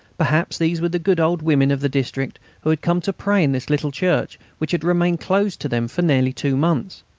perhaps these were the good old women of the district who had come to pray in this little church which had remained closed to them for nearly two months.